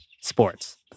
Sports